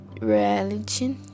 reality